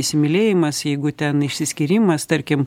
įsimylėjimas jeigu ten išsiskyrimas tarkim